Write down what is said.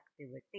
activity